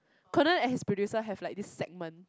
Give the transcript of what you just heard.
Conan and his producer have like this segment